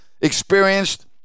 experienced